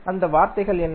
அந்த வார்த்தைகள் என்ன